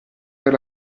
per